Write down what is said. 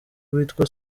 witwa